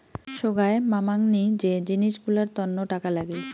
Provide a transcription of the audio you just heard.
সোগায় মামাংনী যে জিনিস গুলার তন্ন টাকা লাগে